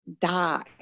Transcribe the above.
die